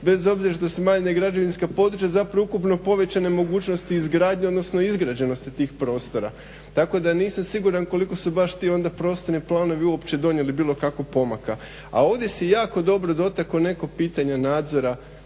bez obzira što su smanjena građevinska područja ukupno povećane mogućnosti izgradnje odnosno izgrađenosti tih prostora. Tako da nisam siguran koliko su ti baš prostorni planovi uopće donijeli bilo kakvog pomaka. A ovdje se jako dobro dotakao neko pitanje nadzora